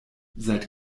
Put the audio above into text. seit